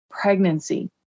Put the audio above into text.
pregnancy